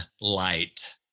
light